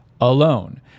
alone